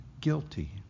guilty